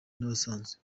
n’abasanzwe